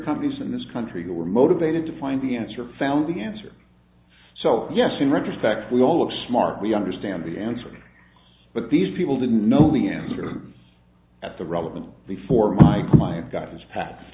companies in this country who were motivated to find the answer found the answer so yes in retrospect we all look smart we understand the answer but these people didn't know the ambulance at the relevant before my client got his path